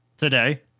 today